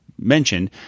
mentioned